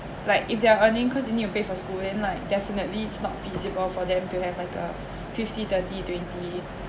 like if they are earning cause in need to pay for school and like definitely it's not feasible for them to have like uh fifty thirty twenty